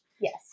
Yes